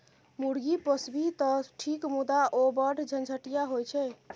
मुर्गी पोसभी तँ ठीक मुदा ओ बढ़ झंझटिया होए छै